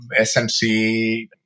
SMC